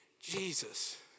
Jesus